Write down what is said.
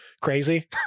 crazy